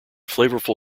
flavorful